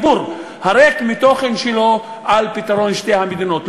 הריק מתוכן שלו על פתרון שתי המדינות.